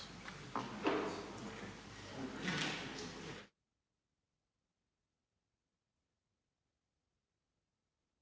Hvala vam